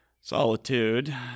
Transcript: solitude